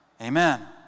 Amen